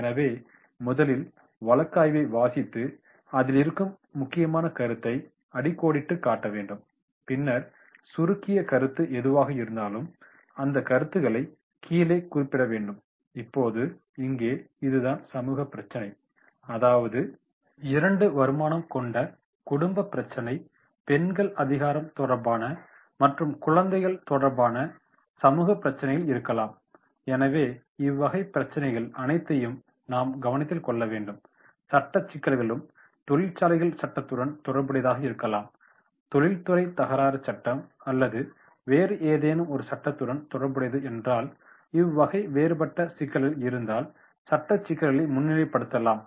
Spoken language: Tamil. எனவே முதலில் வழக்காய்வை வாசித்து அதிலிருக்கும் முக்கியமான கருத்தை அடிக்கோடிட்டுக் காட்ட வேண்டும் பின்னர் சுருக்கிய கருத்து எதுவாக இருந்தாலும் அந்த கருத்துகளை கீழே குறிப்பிடப்பட வேண்டும் இப்போது இங்கே இதுதான் சமூக பிரச்சினை அதாவது இரட்டை வருமானம் கொண்ட குடும்ப பிரச்சினை பெண்கள் அதிகாரம் தொடர்பான மற்றும் குழந்தைத் தொழிலாளர் தொடர்பான சமூகப் பிரச்சினைகள் இருக்கலாம் எனவே இவ்வகை பிரச்சினைகள் அனைத்தையும் நாம் கவனத்தில் கொள்ள வேண்டும் சட்ட சிக்கல்களும் தொழிற்சாலைகள் சட்டத்துடன் தொடர்புடையதாக இருக்கலாம் தொழில்துறை தகராறு சட்டம் அல்லது வேறு ஏதேனும் ஒரு சட்டத்துடன் தொடர்புடையது என்றால் இவ்வகை வேறுபட்ட சிக்கல்கள் இருந்தால் சட்ட சிக்கல்களை முன்னிலைப்படுத்தப்படலாம்